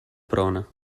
prona